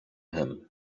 him